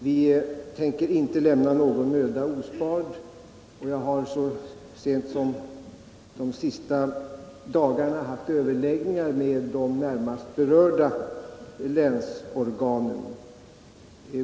Vi tänker bemöda oss till det yttersta, och jag har under de senaste dagarna haft överläggningar med de närmast berörda länsorganen.